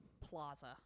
plaza